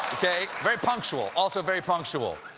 very punctual. also very punctual.